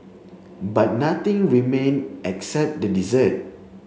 but nothing remained except the desert